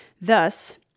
Thus